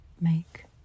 make